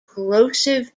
corrosive